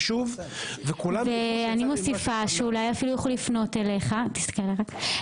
ואני מוסיפה שאולי אפילו יוכלו לפנות אליך אם